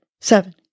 seven